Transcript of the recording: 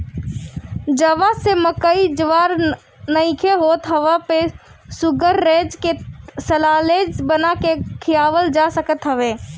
जहवा पे मकई ज्वार नइखे होत वहां पे शुगरग्रेज के साल्लेज बना के खियावल जा सकत ह